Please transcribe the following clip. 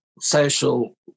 social